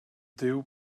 dyw